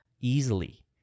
easily